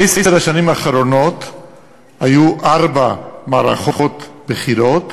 בעשר השנים האחרונות היו ארבע מערכות בחירות,